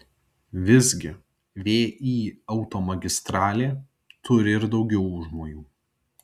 visgi vį automagistralė turi ir daugiau užmojų